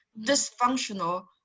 dysfunctional